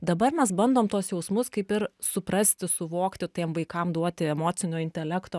dabar mes bandom tuos jausmus kaip ir suprasti suvokti tiem vaikam duoti emocinio intelekto